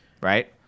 right